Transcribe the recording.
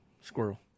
squirrel